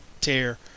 tear